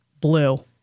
blue